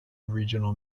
regional